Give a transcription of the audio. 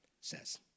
says